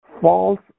False